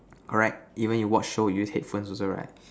correct even you watch show you use headphones also right